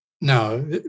No